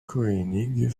koenig